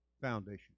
foundation